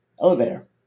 elevator